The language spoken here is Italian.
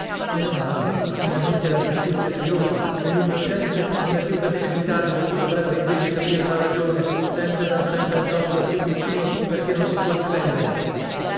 male finalmente la giustizia trionfa e l'innocente non è più perseguitato da chi dovrebbe invece capir la ragione senza dar sempre addosso al più piccino perché non si può difendere